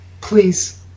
Please